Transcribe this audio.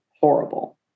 horrible